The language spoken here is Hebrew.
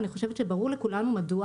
אני חושבת שברור לכולנו מדוע.